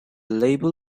label